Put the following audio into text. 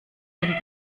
den